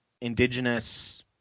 indigenous